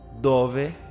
Dove